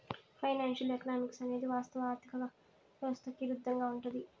financial economics అనేది వాస్తవ ఆర్థిక వ్యవస్థకి ఇరుద్దంగా ఉంటది